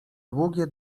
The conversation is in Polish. długie